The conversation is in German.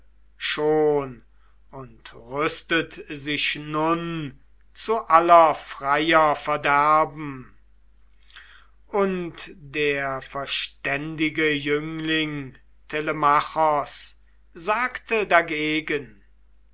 schon und rüstet sich nun zu aller freier verderben und der verständige jüngling telemachos sagte dagegen